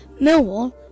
Millwall